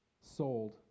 Sold